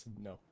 no